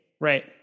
Right